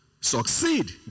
succeed